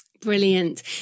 Brilliant